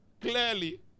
clearly